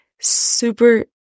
Super